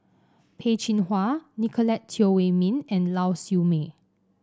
Peh Chin Hua Nicolette Teo Wei Min and Lau Siew Mei